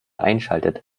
einschaltet